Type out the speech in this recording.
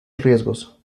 riesgos